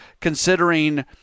considering